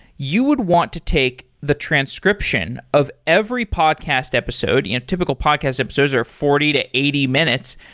you would want to take the transcription of every podcast episode. you know typical podcast episodes are forty to eighty minutes.